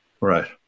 Right